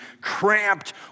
cramped